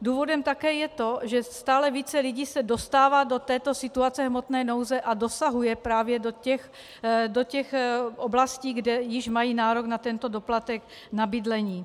Důvodem také je to, že stále více lidí se dostává do této situace hmotné nouze a dosahuje právě do těch oblastí, kde již mají nárok na tento doplatek na bydlení.